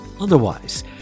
Otherwise